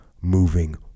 moving